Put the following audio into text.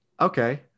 Okay